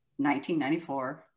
1994